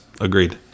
Agreed